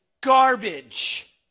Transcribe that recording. garbage